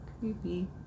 Creepy